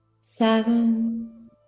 seven